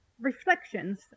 reflections